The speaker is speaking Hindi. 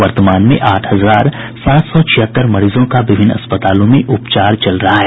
वर्तमान में आठ हजार सात सौ छिहत्तर मरीजों का विभिन्न अस्पतालों में उपचार चल रहा है